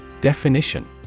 Definition